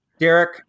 Derek